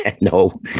No